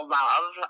love